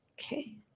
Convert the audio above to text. okay